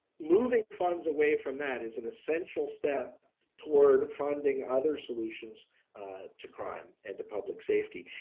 moving funds away from that is an essential step toward funding, other solutions to crime and to public safety,